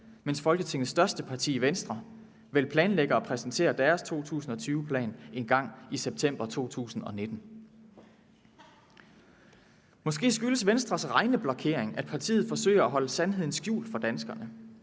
mens Folketingets største parti, Venstre, vel planlægger at præsentere deres 2020-plan engang i september 2019. Måske skyldes Venstres regneblokering, at partiet forsøger at holde sandheden skjult for danskerne